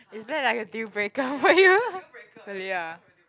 is that like a dealbreaker for you really ah